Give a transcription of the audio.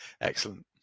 excellent